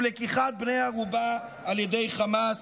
ולקיחת בני ערובה על ידי חמאס".